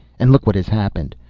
and look what has happened.